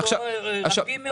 יש פה רבים מאוד מהמשפחות.